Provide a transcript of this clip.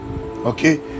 okay